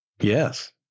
Yes